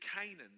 Canaan